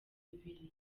ibiri